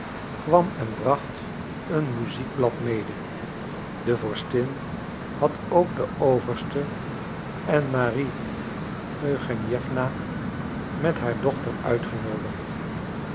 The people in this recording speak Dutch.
kwam en bracht een muziekblad mede de vorstin had ook den overste en marie eugenjewna met haar dochter uitgenoodigd